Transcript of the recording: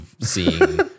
seeing